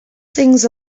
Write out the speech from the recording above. things